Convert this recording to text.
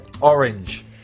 orange